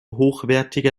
hochwertige